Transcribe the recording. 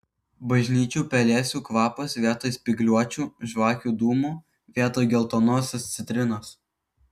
bažnyčių pelėsių kvapas vietoj spygliuočių žvakių dūmų vietoj geltonosios citrinos